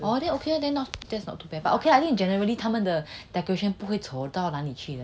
oh then okay then not too bad lah but I think generally 他们的 decorations 不会丑到哪里去 lor